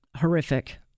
horrific